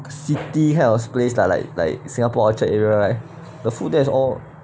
city kind of place lah like like singapore orchard area like the food there is all